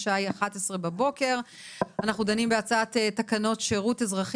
השעה היא 11:00. אנחנו דנים בהצעת תקנות שירות אזרחי